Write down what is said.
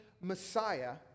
Messiah